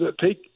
take